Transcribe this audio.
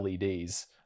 leds